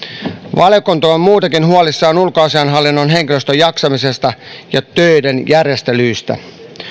valiokunta on on muutenkin huolissaan ulkoasiainhallinnon henkilöstön jaksamisesta ja töiden järjestelyistä